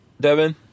Devin